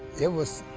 it was